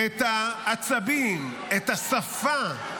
את העצבים, את השפה,